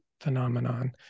phenomenon